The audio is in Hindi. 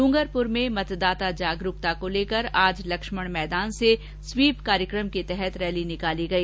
ड्रंगरपुर में मतदाता जागरूकता कोलेकर आज लक्ष्मण मैदान सेस्वीप कार्यक्रम के तहत रैली निकाली गई